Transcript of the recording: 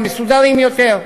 המסודרים יותר.